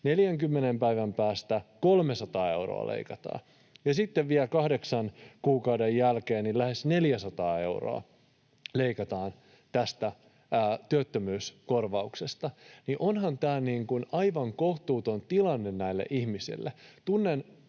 40 päivän päästä 300 euroa leikataan, ja sitten vielä kahdeksan kuukauden jälkeen lähes 400 euroa leikataan tästä työttömyyskorvauksesta. Onhan tämä aivan kohtuuton tilanne näille ihmisille.